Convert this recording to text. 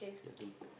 ya I think